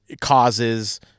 causes